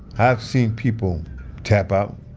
i have seen people tap out.